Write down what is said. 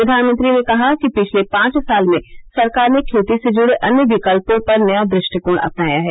प्रधानमंत्री ने कहा कि पिछले पांच साल में सरकार ने खेती से जुड़े अन्य विकल्पों पर नया दृष्टिकोण अपनाया है